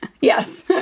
Yes